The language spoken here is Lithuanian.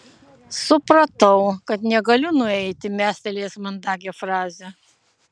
supratau kad negaliu nueiti mestelėjęs mandagią frazę